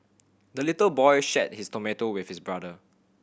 the little boy shared his tomato with his brother